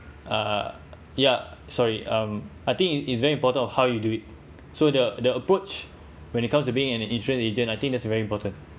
uh ya sorry um I think it's very important how you do it so the the approach when it comes to being an insurance agent I think that is very important